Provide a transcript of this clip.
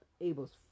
Abel's